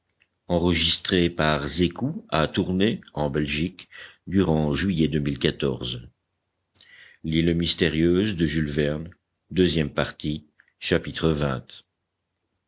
l'île mystérieuse by